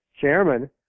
chairman